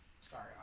Sorry